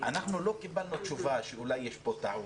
אנחנו לא קיבלנו תשובה שיש פה טעות,